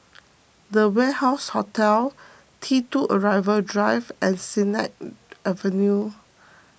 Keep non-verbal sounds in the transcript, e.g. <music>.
the Warehouse Hotel T two Arrival Drive and Sennett <hesitation> Avenue